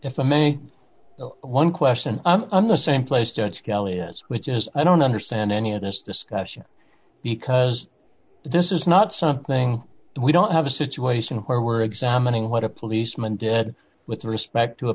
if i many one question i'm the same place judge kelly which is i don't understand any of this discussion because this is not something we don't have a situation where we're examining what a policeman did with respect to